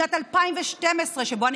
הרשות השולחת שבה הם